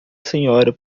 senhora